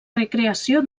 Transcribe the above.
recreació